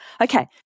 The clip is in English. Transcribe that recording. Okay